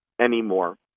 anymore